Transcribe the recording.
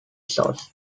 salts